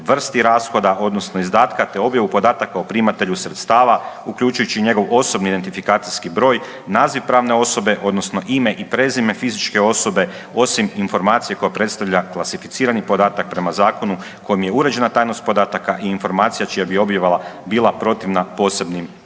vrsti rashoda odnosno izdatka te objavu podataka o primatelju sredstava uključujući i njegov osobni identifikacijski broj, naziv pravne osobe odnosno ime i prezime fizičke osobe, osim informacije koja predstavlja klasificirani podatak prema zakonu kojim je uređena tajnost podataka i informacija čija bi objava bila protivna posebnim